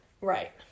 Right